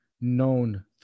known